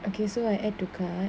okay so I add to cart